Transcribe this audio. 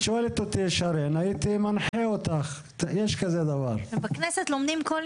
שיש כזה דבר.